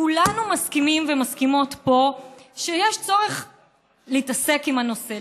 כולנו מסכימים ומסכימות פה שיש צורך להתעסק בנושא,